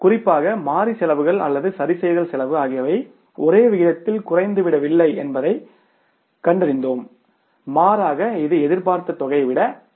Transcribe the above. குறிப்பாக மாறி செலவுகள் அல்லது ஒரு சரிசெய்தல் செலவு ஆகியவை ஒரே விகிதத்தில் குறைந்துவிடவில்லை என்பதைக் கண்டறிந்தோம் மாறாக இது எதிர்பார்த்த தொகையை விட அதிகமாகும்